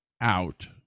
out